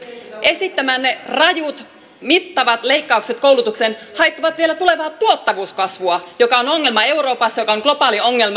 ja vielä lisäksi esittämänne rajut mittavat leikkaukset koulutukseen haittaavat vielä tulevaa tuottavuuskasvua mikä on ongelma euroopassa mikä on globaali ongelma